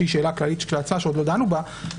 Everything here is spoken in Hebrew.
שהיא שאלה כללית כשלעצמה שעוד לא דנו בה,